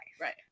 Right